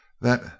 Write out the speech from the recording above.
that